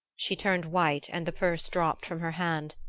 she turned white and the purse dropped from her hand.